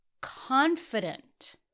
confident